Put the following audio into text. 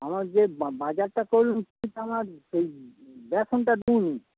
আমার যে বাজারটা করলুম আমার সেই ব্যসনটা দাওনি